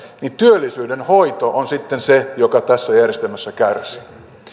työllisyyden hoito on sitten se joka tässä järjestelmässä kärsii